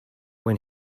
when